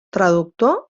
traductor